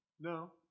No